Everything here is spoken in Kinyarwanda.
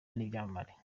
n’ibyamamare